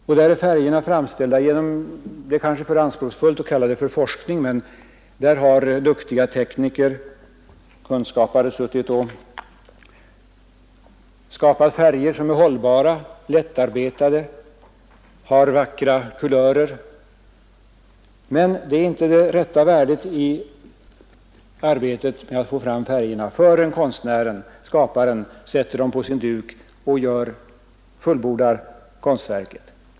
Det är kanske för anspråksfullt att säga att färgerna är framställda genom forskning, men duktiga tekniker har skapat färger som är hållbara, som är lättarbetade och har vackra kulörer. Färgerna kommer emellertid inte till sin rätt förrän konstnären, skaparen, sätter dem på sin duk och fullbordar konstverket.